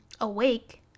awake